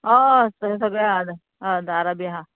हय सगळें आ दारा बी आहा